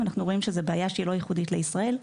ואנחנו רואים שזו בעיה שהיא לא ייחודית לישראל,